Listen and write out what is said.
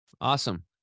Awesome